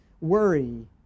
worry